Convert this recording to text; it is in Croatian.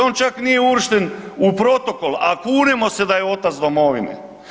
On čak nije uvršten u protokol, a kunemo se da je otac domovine.